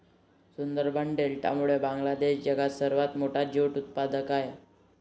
सुंदरबन डेल्टामुळे बांगलादेश जगातील सर्वात मोठा ज्यूट उत्पादक आहे